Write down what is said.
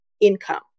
income